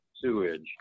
sewage